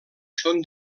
són